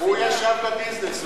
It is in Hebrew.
הוא ישב ב"ביזנס", הוא לא ראה את זה.